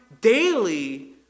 daily